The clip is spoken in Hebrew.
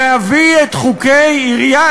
להביא את חוקי העירייה,